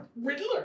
Riddler